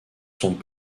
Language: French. sont